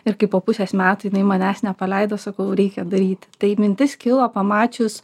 ir kai po pusės metų jinai manęs nepaleido sakau reikia daryti tai mintis kilo pamačius